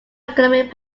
economic